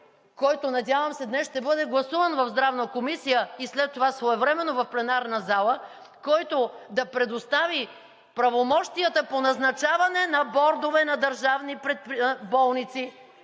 който, надявам се, днес ще бъде гласуван в Здравната комисия и след това своевременно в пленарната зала, който да предостави правомощията по назначаване на бордове на държавни болници.